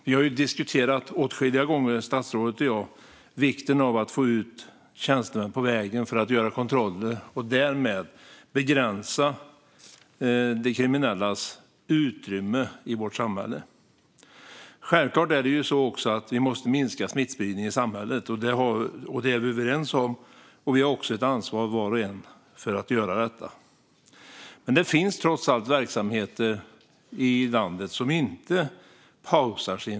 Vi har åtskilliga gånger, statsrådet och jag, diskuterat vikten av att få ut tjänstemän på vägen för att göra kontroller och därmed begränsa de kriminellas utrymme i vårt samhälle. Självfallet måste vi minska smittspridningen i samhället - det är vi överens om. Var och en av oss har ett ansvar för att göra detta. Men det finns trots allt verksamheter i landet som inte pausar.